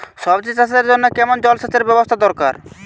সবজি চাষের জন্য কেমন জলসেচের ব্যাবস্থা দরকার?